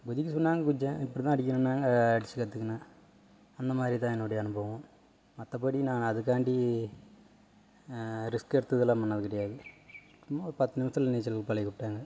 குதிக்க சொன்னாங்க குதிச்சேன் இப்படிதான் அடிக்கணுன்னாங்க அடிச்சு கற்றுக்குனேன் அந்தமாதிரிதான் என்னோடைய அனுபவம் மற்றபடி நான் அதுக்காண்டி ரிஸ்க் எடுத்து இதெலாம் பண்ணது கிடையாது சும்மா ஒரு பத்து நிமிஷத்தில் நீச்சலுக்கு பழகிவுட்டாங்க